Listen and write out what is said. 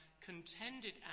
contended